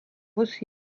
aussi